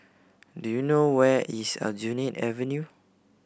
do you know where is Aljunied Avenue